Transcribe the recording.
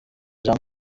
jean